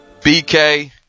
bk